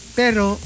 pero